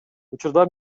учурда